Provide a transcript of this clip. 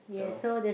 you know